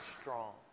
strong